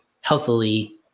healthily